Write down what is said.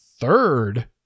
third